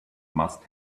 must